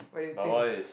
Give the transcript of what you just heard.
what do you think